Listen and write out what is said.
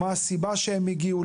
מה הסיבה שהם הגיעו?